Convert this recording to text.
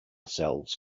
cells